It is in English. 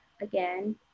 again